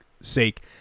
sake